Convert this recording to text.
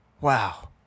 wow